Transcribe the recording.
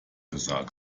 gesagt